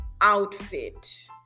outfit